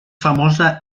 famosa